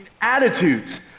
attitudes